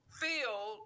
feel